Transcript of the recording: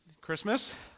Christmas